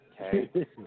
Okay